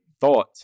thought